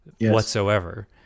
whatsoever